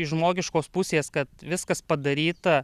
iš žmogiškos pusės kad viskas padaryta